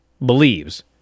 believes